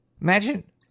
Imagine –